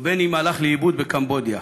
או שהלך לאיבוד בקמבודיה,